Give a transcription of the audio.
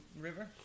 River